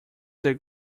that